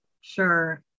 sure